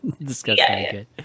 Disgusting